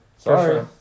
Sorry